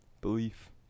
belief